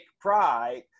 pride